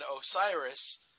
Osiris